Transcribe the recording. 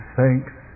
thanks